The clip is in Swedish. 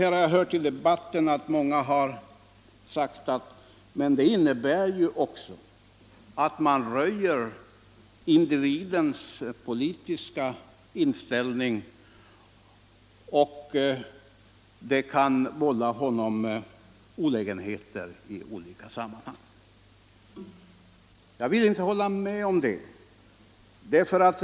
Jag har hört i debatten att många har sagt: Men det innebär också att man röjer individens politiska inställning och att det kan vålla honom olägenheter i olika sammanhang. Jag vill inte hålla med om det.